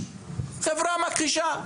חברה מכחישה.